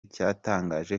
cyatangaje